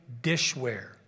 dishware